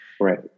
Right